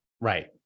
Right